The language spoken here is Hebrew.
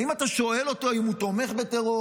האם אתה שואל אותו אם הוא תומך בטרור?